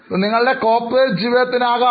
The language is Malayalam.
ഇത് നിങ്ങളുടെ കോർപ്പറേറ്റ് ജീവിതത്തിന് ആകാം